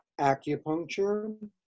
acupuncture